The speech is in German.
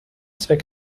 zweck